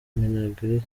minagri